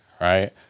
right